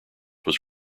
was